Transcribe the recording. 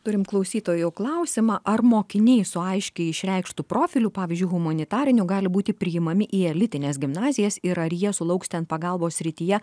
turim klausytojo klausimą ar mokiniai su aiškiai išreikštu profiliu pavyzdžiui humanitarinių gali būti priimami į elitines gimnazijas ir ar jie sulauks ten pagalbos srityje